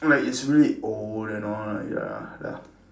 like it's really old and all right ya ya